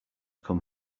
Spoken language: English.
come